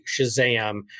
Shazam